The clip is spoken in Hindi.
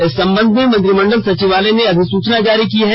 इस संबध में मंत्रिमंडल सचिवालय ने अधिसूचना जारी की है